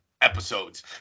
episodes